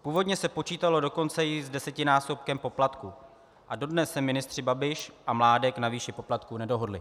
Původně se počítalo dokonce i s desetinásobkem poplatku a dodnes se ministři Babiš a Mládek na výši poplatku nedohodli.